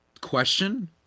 question